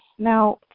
Now